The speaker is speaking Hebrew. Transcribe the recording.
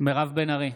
מירב בן ארי,